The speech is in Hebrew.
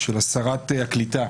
של שרת הקליטה